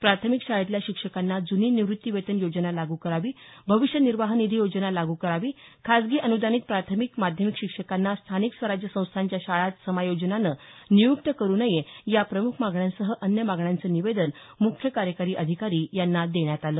प्राथमिक शाळेतल्या शिक्षकांना जूनी निवृत्ती वेतन योजना लागू करावी भविष्य निर्वाह निधी योजना लागू करावी खाजगी अनुदानित प्राथमिक माध्यमिक शिक्षकांना स्थानिक स्वराज्य संस्थांच्या शाळांत समायोजनानं नियुक्त करु नये याप्रमुख मागण्यासह अन्य मागण्याचं निवेदन मुख्य कार्यकारी अधिकारी यांना देण्यात आलं